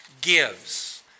gives